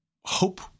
hope